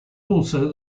also